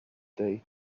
day